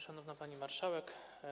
Szanowna Pani Marszałek!